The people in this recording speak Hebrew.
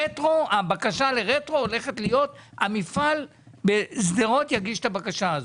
הבקשה לרטרואקטיביות הולכת להיות המפעל בשדרות יגיש את הבקשה הזאת.